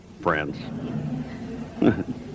friends